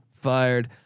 fired